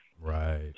Right